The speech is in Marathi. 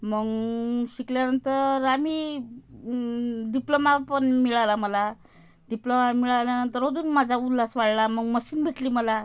मग शिकल्यानंतर आम्ही डिप्लोमा पण मिळाला मला डिप्लोमा मिळाल्यानंतर अजून माझा उल्हास वाढला मग मशीन भेटली मला